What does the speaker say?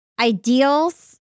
ideals